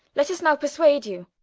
let vs now perswade you